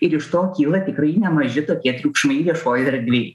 ir iš to kyla tikrai nemaži tokie triukšmai viešoje erdvėj